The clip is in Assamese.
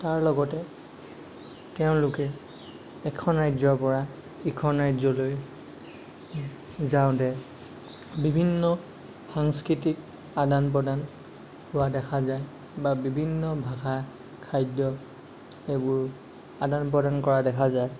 তাৰ লগতে তেওঁলোকে এখন ৰাজ্যৰ পৰা ইখন ৰাজ্যলৈ যাওঁতে বিভিন্ন সাংস্কৃতিক আদান প্ৰদান হোৱা দেখা যায় বা বিভিন্ন ভাষা খাদ্য এইবোৰ আদান প্ৰদান কৰা দেখা যায়